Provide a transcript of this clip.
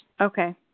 Okay